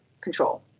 control